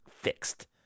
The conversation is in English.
fixed